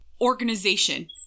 organization